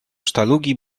sztalugi